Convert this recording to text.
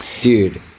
dude